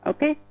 Okay